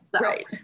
right